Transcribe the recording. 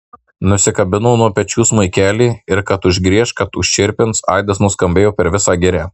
nusikabino nuo pečių smuikelį ir kad užgrieš kad užčirpins aidas nuskambėjo per visą girią